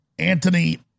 Anthony